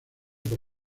por